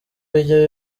bijya